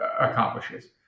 accomplishes